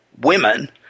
women